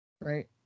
Right